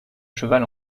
cheval